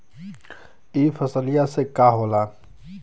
ई फसलिया से का होला?